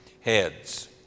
heads